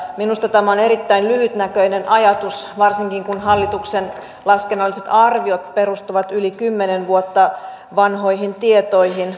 minusta tämä on erittäin lyhytnäköinen ajatus varsinkin kun hallituksen laskennalliset arviot perustuvat yli kymmenen vuotta vanhoihin tietoihin